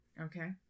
Okay